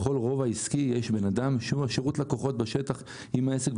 בכל רובע עסקי יש בן אדם שהוא שירות הלקוחות בשטח עם העסק,